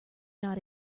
not